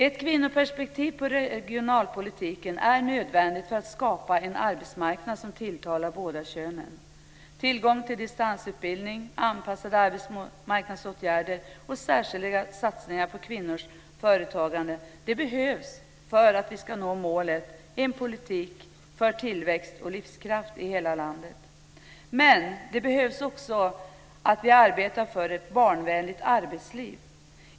Ett kvinnoperspektiv på regionalpolitiken är nödvändigt för att skapa en arbetsmarknad som tilltalar båda könen. Tillgång till distansutbildning, anpassade arbetsmarknadsåtgärder och särskilda satsningar på kvinnors företagande behövs för att vi ska nå målet om en politik för tillväxt och livskraft i hela landet. Men det behövs också att vi arbetar för ett barnvänligt arbetsliv.